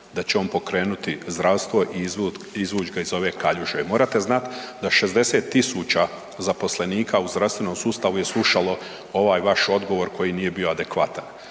da će on pokrenuti zdravstvo i izvuć ga iz ove kaljuže. Morate znat da 60 000 zaposlenika u zdravstvenom sustavu je slušalo ovaj vaš odgovor koji nije bio adekvatan.